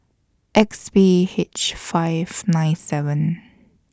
X P H five nine seven